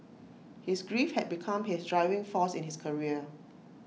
his grief had become his driving force in his career